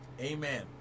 Amen